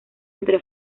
entre